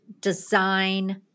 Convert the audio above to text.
design